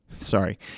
Sorry